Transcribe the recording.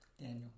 Daniel